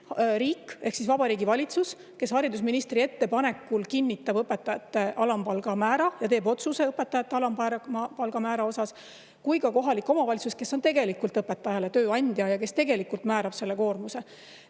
riik ehk Vabariigi Valitsus, kes haridusministri ettepanekul kinnitab õpetajate alampalgamäära ja teeb otsuse õpetajate alampalgamäära kohta, kui ka kohalik omavalitsus, kes on tegelikult õpetaja tööandja ja kes määrab selle koormuse.